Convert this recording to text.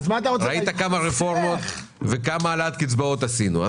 ראית כמה רפורמות וכמה העלאות קצבאות עשינו.